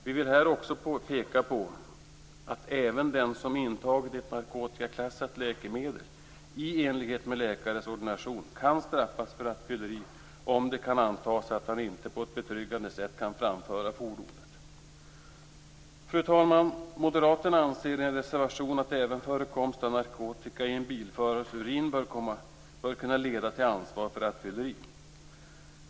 Vi vill här också peka på att även den som intagit ett narkotikaklassat läkemedel i enlighet med läkares ordination kan straffas för rattfylleri, om det kan antas att han inte på ett betryggande sätt kan framföra fordonet. Fru talman! Moderaterna anser i en reservation att även förekomst av narkotika i en bilförares urin bör kunna leda till ansvar för rattfylleri.